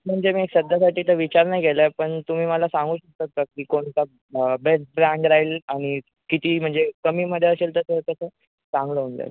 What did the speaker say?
म्हणजे मी सध्यासाठी तर विचार नाही केला आहे पण तुम्ही मला सांगू शकतात का की कोणता बेस्ट ब्रँड राहील आणि किती म्हणजे कमीमध्ये असेल तर तो तसं चांगलं होऊन जाईल